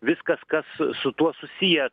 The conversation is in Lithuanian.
viskas kas su tuo susiję